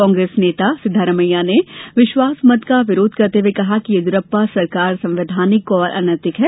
कांग्रेस नेता सिद्धरमैया ने विश्वासमत का विरोध करते हए कहा कि येदियुरप्पा सरकार असंवैधानिक और अनैतिक है